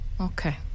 okay